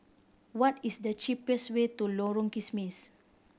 what is the cheapest way to Lorong Kismis